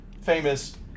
famous